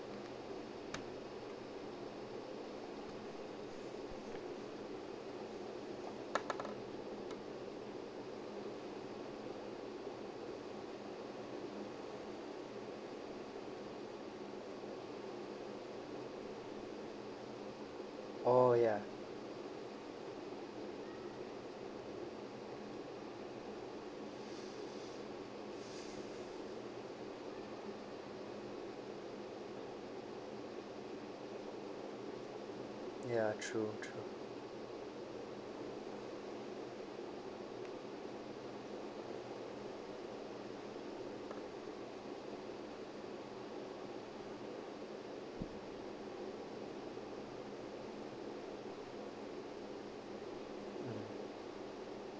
oh ya ya true true mm